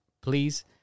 please